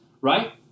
right